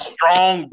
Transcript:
Strong